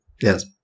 Yes